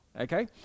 okay